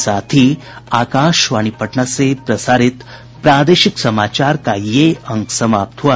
इसके साथ ही आकाशवाणी पटना से प्रसारित प्रादेशिक समाचार का ये अंक समाप्त हुआ